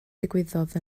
ddigwyddodd